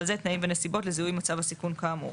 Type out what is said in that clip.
זה תנאים ונסיבות לזיהוי מצב הסיכון כאמור".